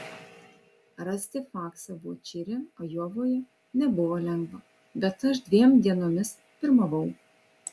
rasti faksą vot čire ajovoje nebuvo lengva bet aš dviem dienomis pirmavau